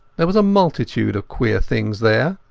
there was a multitude of queer things there.